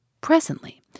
Presently